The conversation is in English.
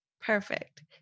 Perfect